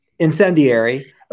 Incendiary